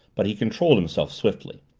but he controlled himself swiftly.